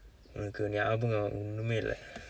உனக்கு ஞாபகம் ஒன்னுமே இல்லை:unakku nyapakam onnumee illai